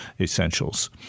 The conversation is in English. essentials